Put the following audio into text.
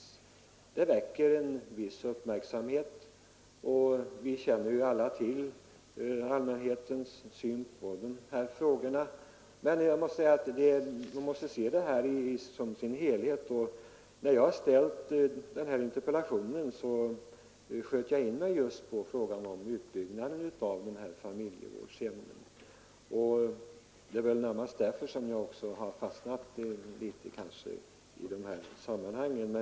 Sådana väcker en viss uppmärksamhet, och vi känner ju alla till allmänhetens syn på de här frågorna. Som sagt måste man se detta som en helhet. När jag framställde interpellationen sköt jag in mig just på frågan om utbyggnad av familjevårdshemmen, och det är väl närmast därför som jag har fastnat litet i de här sammanhangen.